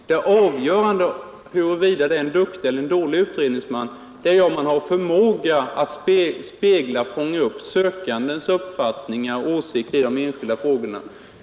Det avgörande för bedömningen huruvida han är en duktig eller en dålig utredningsman är om han har en förmåga att fånga upp och spegla sökandens uppfattningar och åsikter i de enskilda frågorna.